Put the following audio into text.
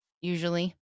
usually